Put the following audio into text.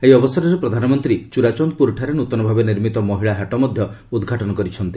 ଏହି ଅବସରରେ ପ୍ରଧାନମନ୍ତ୍ରୀ ଚୁରାଚନ୍ଦ୍ରପୁରଠାରେ ନୃତନଭାବେ ନିମିତ ମହିଳା ହାଟ ମଧ୍ୟ ଉଦ୍ଘାଟନ କରିଛନ୍ତି